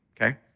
okay